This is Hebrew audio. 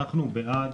אנחנו בעד